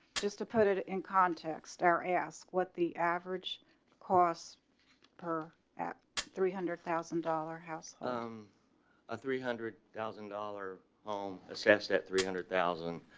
just to put it in context. our ask what the average cost per at three hundred thousand dollar house um the ah three hundred thousand dollar home, assess that three hundred thousand